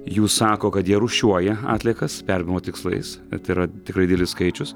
jų sako kad jie rūšiuoja atliekas perdirbimo tikslais tai yra tikrai didelis skaičius